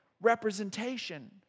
representation